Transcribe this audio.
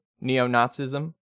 neo-Nazism